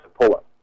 pull-up